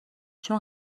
چون